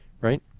right